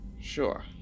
Sure